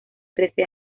trece